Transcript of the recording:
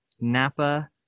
Napa